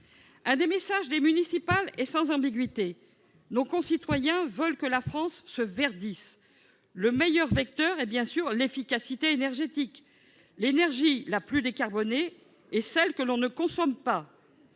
Un des messages des municipales est sans ambiguïté : nos concitoyens veulent que la France se verdisse. Le meilleur vecteur est bien sûr l'efficacité énergétique. L'énergie la plus décarbonée est celle que l'on ne consomme pas